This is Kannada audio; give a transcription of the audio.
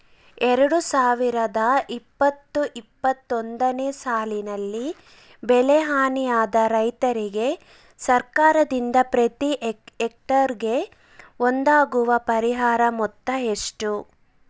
ಎರಡು ಸಾವಿರದ ಇಪ್ಪತ್ತು ಇಪ್ಪತ್ತೊಂದನೆ ಸಾಲಿನಲ್ಲಿ ಬೆಳೆ ಹಾನಿಯಾದ ರೈತರಿಗೆ ಸರ್ಕಾರದಿಂದ ಪ್ರತಿ ಹೆಕ್ಟರ್ ಗೆ ಒದಗುವ ಪರಿಹಾರ ಮೊತ್ತ ಎಷ್ಟು?